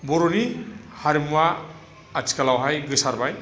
बर'नि हारिमुआ आथिखालावहाय गोसारबाय